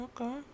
okay